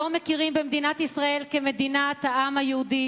לא מכירים במדינת ישראל כמדינת העם היהודי